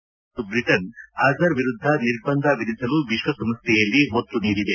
France ಮತ್ತು Britain Azhar ವಿರುದ್ದ ನಿರ್ಬಂಧ ವಿಧಿಸಲು ವಿಶ್ವಸಂಸ್ಥೆಯಲ್ಲಿ ಒತ್ತು ನೀಡಿದೆ